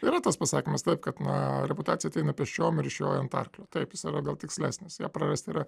yra tas pasakymas kad na reputacija ateina pėsčiom ir išjoja ant arklio taip jis yra gal tikslesnis ją prarasti yra